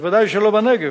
בוודאי שלא בנגב.